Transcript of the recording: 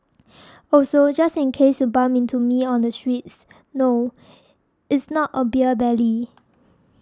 also just in case you bump into me on the streets no it's not a beer belly